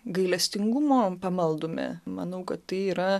gailestingumo pamaldume manau kad tai yra